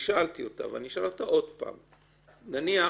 נניח